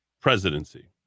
presidency